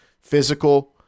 physical